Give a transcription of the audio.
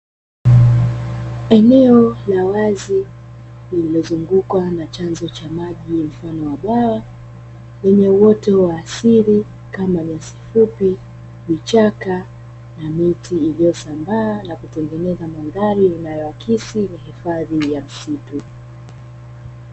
Eneo la wazi lilozungukwa na chanzo cha maji mfano wa bwawa lenye uoto wa asili kama nyasi fupi, vichaka na miti iliyosambaa na kutengeneza mandhari inayoakisi hifadhi ya msitu.